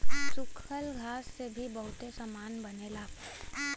सूखल घास से भी बहुते सामान बनेला